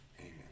amen